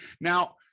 Now